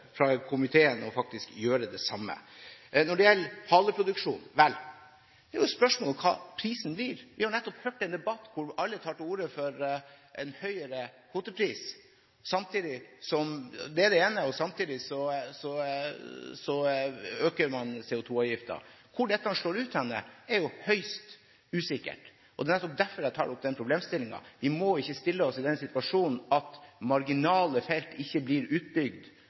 fra komiteen til faktisk å gjøre det samme. Når det gjelder haleproduksjon, er det et spørsmål om hva prisen blir. Vi har nettopp hørt en debatt hvor alle har tatt til orde for en høyere kvotepris, og samtidig øker man CO2-avgiften. Hvor dette slår ut, er høyst usikkert. Det er nettopp derfor jeg tar opp den problemstillingen – vi må ikke stille oss i den situasjonen at marginale felt ikke blir utbygd